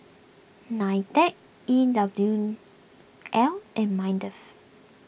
Nitec E W L and Mindef